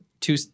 two